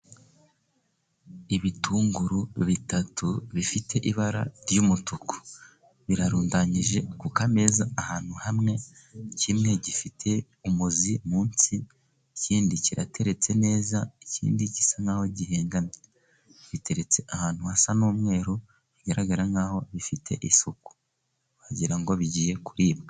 Ibitunguru bitatu bifite ibara ry'umutuku. Birarundanyije ku kameza ahantu hamwe . Kimwe gifite umuzi munsi ikindi kirateretse neza, ikindi gisa nk'aho gihengamye giteretse ahantu hasa n'umweru, bigaragara nk'aho bifite isuku wagira ngo bigiye kuribwa.